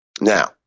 Now